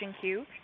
queue